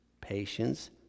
patience